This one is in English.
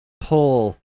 pull